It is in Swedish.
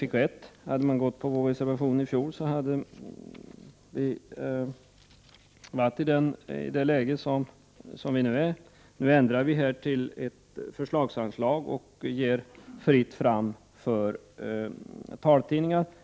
Hade riksdagen anslutit sig till vår reservation i fjol, hade vi redan då varit i det läge som vi nu är i. Nu ändras anslagsformen till ett förslagsanslag och det ges fritt fram för taltidningar.